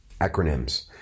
acronyms